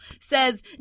says